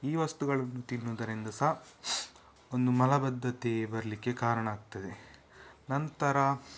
ಈ ವಸ್ತುಗಳನ್ನು ತಿನ್ನೋದರಿಂದ ಸಹ ಒಂದು ಮಲಬದ್ದತೆ ಬರಲಿಕ್ಕೆ ಕಾರಣ ಆಗ್ತದೆ ನಂತರ